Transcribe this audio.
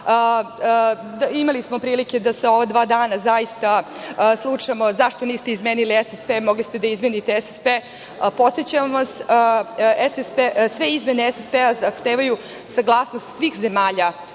Imali smo prilike da u ova dva dana slušamo zašto niste izmenili SSP, mogli ste da izmenite SSP, a podsećam vas, sve izmene SSP zahtevaju saglasnost svih zemalja